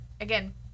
again